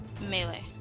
Melee